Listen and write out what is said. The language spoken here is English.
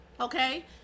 okay